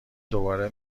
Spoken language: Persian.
دوباره